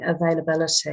availability